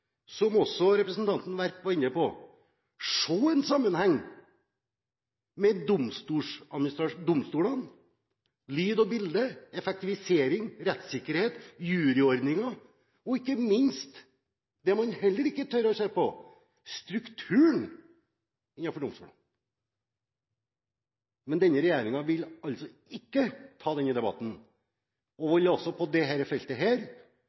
som også representanten Werp var inne på, se på en sammenheng med domstolene når det gjelder lyd og bilde, effektivisering, rettssikkerhet, juryordningen og – ikke minst – det man heller ikke tør å se på: strukturen innenfor domstolene. Men denne regjeringen vil altså ikke ta denne debatten og vil på dette feltet